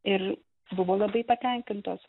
ir buvo labai patenkintos